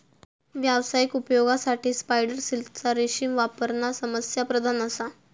व्यावसायिक उपयोगासाठी स्पायडर सिल्कचा रेशीम वापरणा समस्याप्रधान असा